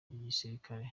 gisirikare